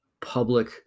public